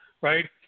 right